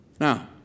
Now